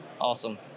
Awesome